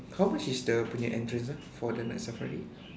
how much is dia punya entrance ah for the night safari